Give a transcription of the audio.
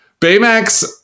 Baymax